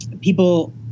people